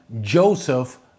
Joseph